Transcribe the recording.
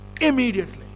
immediately